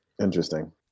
Interesting